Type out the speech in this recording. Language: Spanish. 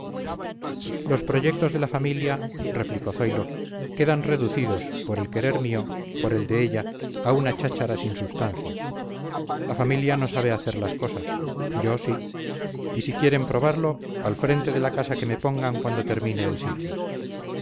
los proyectos de la familia replicó zoilo quedan reducidos por el querer mío por el de ella a una cháchara sin substancia la familia no sabe hacer las cosas yo sí y si quieren probarlo al frente de la casa que me pongan cuando termine el sitio